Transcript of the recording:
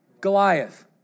Goliath